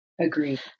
Agreed